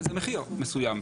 זה מחיר מסוים.